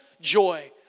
joy